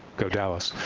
go dallas.